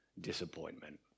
disappointment